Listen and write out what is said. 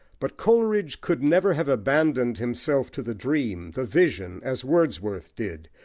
but coleridge could never have abandoned himself to the dream, the vision, as wordsworth did,